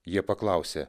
jie paklausė